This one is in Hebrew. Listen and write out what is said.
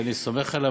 ואני סומך עליו,